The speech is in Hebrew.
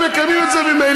הם מקיימים את זה ממילא.